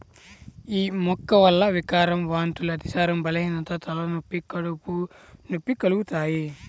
యీ మొక్క వల్ల వికారం, వాంతులు, అతిసారం, బలహీనత, తలనొప్పి, కడుపు నొప్పి కలుగుతయ్